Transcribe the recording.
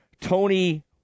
Tony